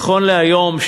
נכון להיום,